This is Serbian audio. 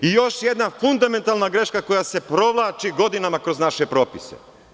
Još jedna fundamentalna greška koja se provlači godinama kroz naše propise.